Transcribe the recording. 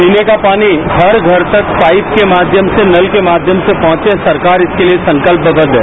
पीने का पानी हर घर तक पाइप के माध्यम से नल के माध्यम से पहुंचे सरकार इसके लिए संकल्पबद्व है